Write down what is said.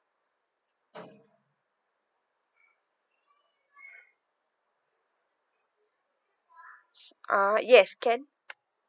ah yes can